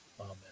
Amen